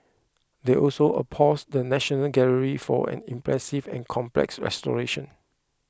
they also applauded the National Gallery for an impressive and complex restoration